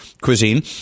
cuisine